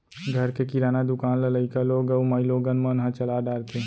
घर के किराना दुकान ल लइका लोग अउ माइलोगन मन ह चला डारथें